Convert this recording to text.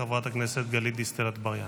חברת הכנסת גלית דיסטל אטבריאן.